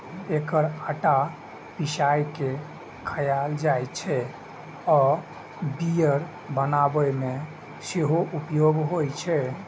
एकर आटा पिसाय के खायल जाइ छै आ बियर बनाबै मे सेहो उपयोग होइ छै